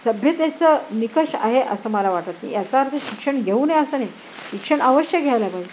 सभ्यतेचं निकष आहे असं मला वाटत नाही याचा अर्थ शिक्षण घेऊ नय असं नाही शिक्षण अवश्य घ्यायला पाहिजे